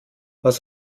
was